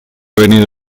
venido